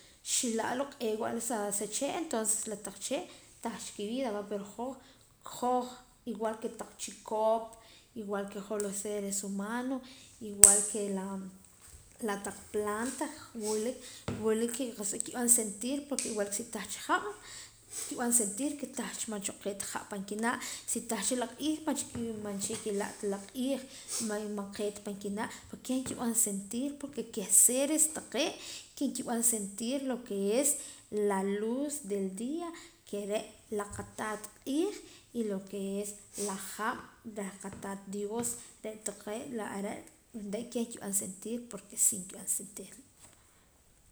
Xila' la xq'ee'wa la sa chee' entonces la taq chee' tah cha ki vida vida va pero hoj hoj igual ke kotaq chikop igual ke hoj los seres humanos igual ke taq planta wila wila kiqa'sa nkib'an sentir porke igual si tah cha hab' nkib'an sentir ke tah cha man cha n'oo ta qee ha' pan kinaa' si tah cha la q'iij man cha man cha nkila' ta la q'iij man qee ta pan kinaa' kieh nkib'an sentir porke kieh seres taqee' ke nkib'an sentir lo ke es la luz del dia ke re' la qataat q'iij y lo ke es la hab' reh qatat dios re' taqee' la are' re' kieh nkib'an sentir porke si nkib'an sentir